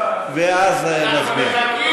ואז נצביע.